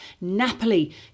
Napoli